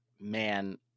man